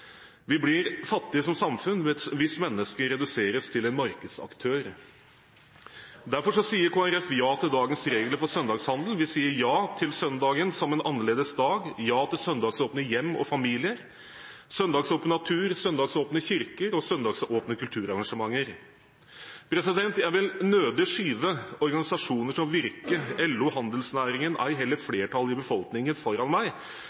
Vi blir fattige som samfunn hvis mennesket reduseres til en markedsaktør. Derfor sier Kristelig Folkeparti ja til dagens regler for søndagshandel, vi sier ja til søndagen som en annerledes dag, ja til søndagsåpne hjem og familier, søndagsåpen natur, søndagsåpne kirker og søndagsåpne kulturarrangementer. Jeg vil nødig skyve organisasjoner som Virke og LO og handelsnæringen, ei heller flertallet i befolkningen, foran meg